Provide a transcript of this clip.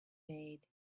made